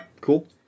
cool